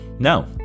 No